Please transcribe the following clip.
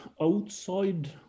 outside